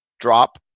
drop